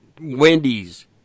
Wendy's